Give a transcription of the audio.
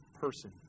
person